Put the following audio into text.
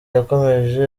yakomeje